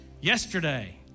yesterday